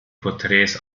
porträts